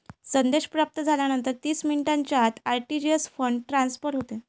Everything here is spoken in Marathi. संदेश प्राप्त झाल्यानंतर तीस मिनिटांच्या आत आर.टी.जी.एस फंड ट्रान्सफर होते